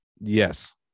Yes